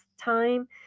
time